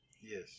Yes